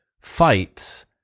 fights